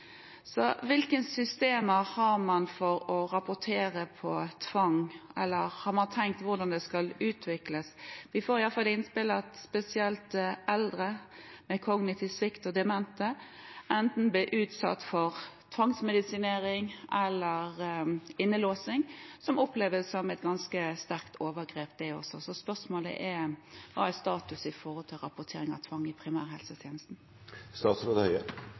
Hvilke systemer har man for å rapportere tvang? Har man tenkt på hvordan det skal utvikles? Vi får innspill om at spesielt eldre med kognitiv svikt og demente blir utsatt for enten tvangsmedisinering eller innlåsing, som oppleves som ganske sterke overgrep, det også. Så spørsmålet er: Hva er status når det gjelder rapportering av tvang i